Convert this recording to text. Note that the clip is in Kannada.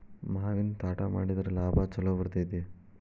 ಮಾವಿನ ತ್ವಾಟಾ ಮಾಡಿದ್ರ ಲಾಭಾ ಛಲೋ ಬರ್ತೈತಿ